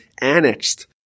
annexed